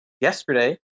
yesterday